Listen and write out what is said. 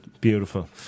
Beautiful